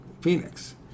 Phoenix